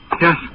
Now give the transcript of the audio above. Yes